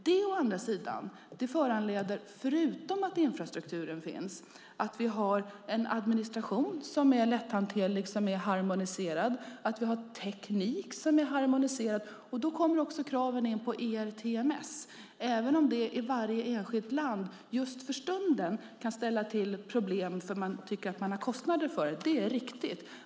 Det förutsätter å andra sidan förutom att infrastrukturen finns att vi har en administration som är lätthanterlig och harmoniserad. Det förutsätter också att vi har teknik som är harmoniserad. Då kommer kraven in på ERTMS, även om det i varje enskilt land just för stunden kan ställa till problem som man tycker att man har kostnader för. Det är riktigt.